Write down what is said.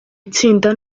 itsinda